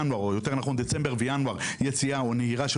ינואר ובפסחא יש נהירה של